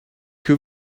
que